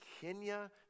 Kenya